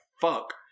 fuck